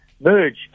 merge